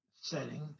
setting